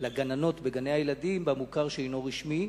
לגננות בגני-הילדים בחינוך המוכר שאינו רשמי,